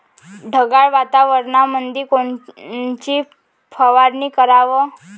ढगाळ वातावरणामंदी कोनची फवारनी कराव?